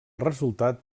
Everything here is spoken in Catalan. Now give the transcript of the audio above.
resultat